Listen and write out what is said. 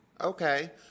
Okay